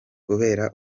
kubera